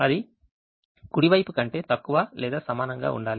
అది కుడి వైపు కంటే తక్కువ లేదా సమానంగా ఉండాలి